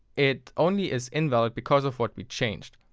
it only is invalid because of what we changed.